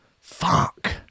Fuck